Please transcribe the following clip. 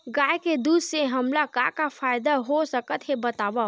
गाय के दूध से हमला का का फ़ायदा हो सकत हे बतावव?